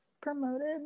promoted